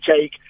take